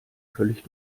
völlig